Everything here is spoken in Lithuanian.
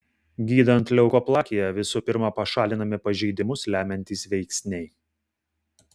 gydant leukoplakiją visų pirma pašalinami pažeidimus lemiantys veiksniai